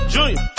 Junior